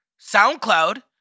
SoundCloud